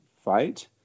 fight